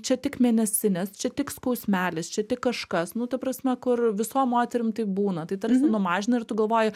čia tik mėnesinės čia tik skausmelis čia tik kažkas nu ta prasme kur visom moterim taip būna tai tarsi numažina ir tu galvoji